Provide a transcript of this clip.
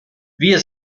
wir